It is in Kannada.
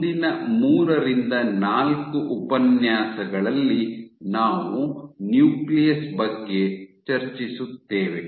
ಮುಂದಿನ ಮೂರರಿಂದ ನಾಲ್ಕು ಉಪನ್ಯಾಸಗಳಲ್ಲಿ ನಾವು ನ್ಯೂಕ್ಲಿಯಸ್ ಬಗ್ಗೆ ಚರ್ಚಿಸುತ್ತೇವೆ